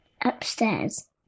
upstairs